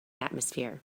atmosphere